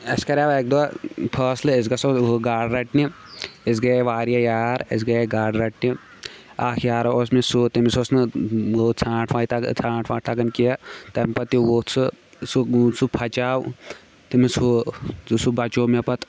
اَسہِ کَریٛاو اَکہِ دۄہ فٲصلہٕ أسۍ گژھو گاڈٕ رَٹنہِ أسۍ گٔیے وایاہ یار أسۍ گٔیے گاڈٕ رَٹنہِ اَکھ یارہ اوس مےٚ سُہ تٔمِس اوس نہٕ ژھرانٛٹ واے تَگَن ژھرانٛٹ وانٛٹ تَگان کینٛہہ تَمہِ پَتہٕ تہِ ووٚتھ سُہ سُہ پھٹے تٔمِس ہُہ سُہ بَچو مےٚ پَتہٕ